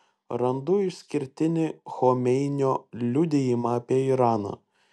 randu išskirtinį chomeinio liudijimą apie iraną